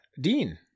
dean